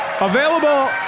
Available